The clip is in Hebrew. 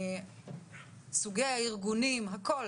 סוגי הארגונים הכול